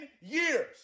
years